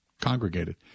congregated